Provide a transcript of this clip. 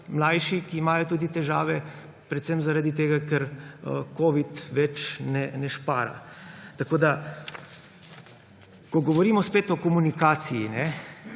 mlajši, ki imajo tudi težave predvsem zaradi tega, ker covid-19 več ne špara. Ko govorimo spet o komunikaciji,